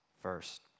first